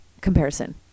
comparison